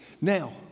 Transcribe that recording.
Now